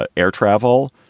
ah air travel,